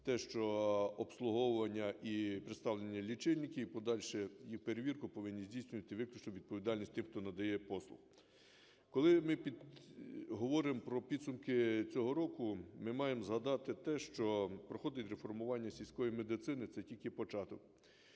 те, що обслуговування і представлення лічильників, і подальшу їх перевірку повинні здійснювати… виключно відповідальність тих, хто надає послуги. Коли ми говоримо про підсумки цього року, ми маємо згадати те, що проходить реформування сільської медицини – це тільки початок.